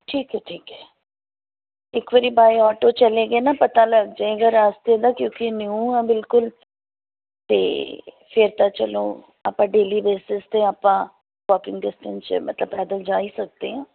ਠੀਕ ਹੈ ਠੀਕ ਹੈ ਇੱਕ ਵਾਰ ਬਾਏ ਓਟੋ ਚਲੇ ਗਏ ਨਾ ਪਤਾ ਲੱਗ ਜਾਵੇਗਾ ਰਸਤੇ ਦਾ ਕਿਉਂਕਿ ਨਿਊ ਹਾਂ ਬਿਲਕੁਲ ਅਤੇ ਫਿਰ ਤਾਂ ਚਲੋ ਆਪਾਂ ਡੇਲੀ ਬੇਸਿਸ 'ਤੇ ਆਪਾਂ ਵੋਕਿੰਗ ਡਿਸਟੈਂਸ 'ਚ ਮਤਲਬ ਪੈਦਲ ਜਾ ਹੀ ਸਕਦੇ ਹਾਂ